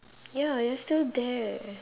ya they're still there